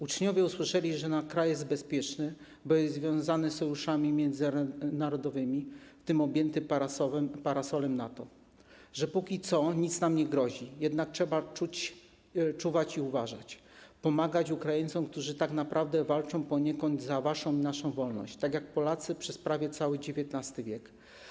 Uczniowie usłyszeli, że nasz kraj jest bezpieczny, bo jest związany sojuszami międzynarodowymi, w tym objęty parasolem NATO, że póki co nic nam nie grozi, jednak trzeba czuwać i uważać, pomagać Ukraińcom, którzy tak naprawdę walczą poniekąd za waszą i naszą wolność, tak jak Polacy przez prawie cały XIX w.